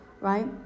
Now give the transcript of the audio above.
right